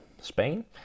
Spain